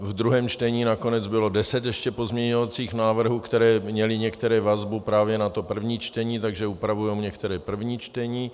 Ve druhém čtení nakonec bylo ještě 10 pozměňovacích návrhů, které měly některé vazbu právě na to první čtení, takže upravují některá první čtení.